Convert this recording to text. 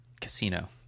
casino